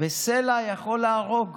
וסלע יכול להרוג,